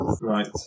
Right